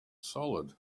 solid